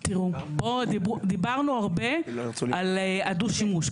תראו, פה דיברנו הרבה על הדו-שימוש.